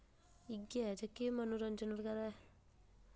इ'यै जेह्के मनोरंजन बगैरा